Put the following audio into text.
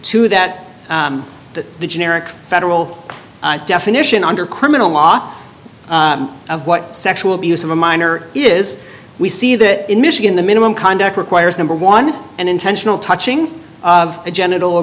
to that that the generic federal definition under criminal law of what sexual abuse of a minor is we see that in michigan the minimum conduct requires number one and intentional touching of a genital